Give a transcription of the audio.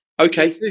Okay